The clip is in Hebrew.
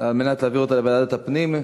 על מנת להעביר אותן לוועדת הפנים.